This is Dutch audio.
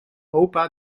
opa